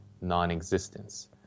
non-existence